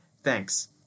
Thanks